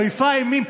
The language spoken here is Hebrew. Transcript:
מופע אימים.